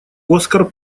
оскар